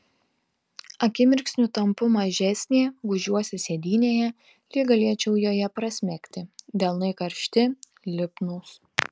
akimirksniu tampu mažesnė gūžiuosi sėdynėje lyg galėčiau joje prasmegti delnai karšti lipnūs